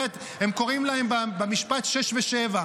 הם קוראים להם במשפט 6 ו-7.